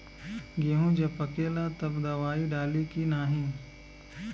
गेहूँ जब पकेला तब दवाई डाली की नाही?